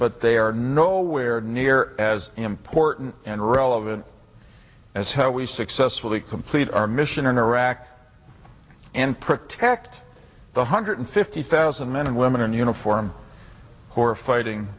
but they are nowhere near as important and relevant as how we successfully complete our mission in iraq and protect the hundred fifty thousand men and women in uniform who are fighting